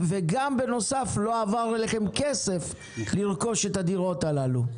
ובנוסף לא עבר אליכם כסף לרכוש את הדירות הללו.